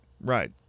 right